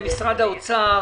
משרד האוצר,